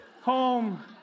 home